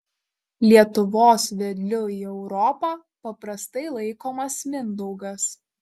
lietuvos vedliu į europą paprastai laikomas mindaugas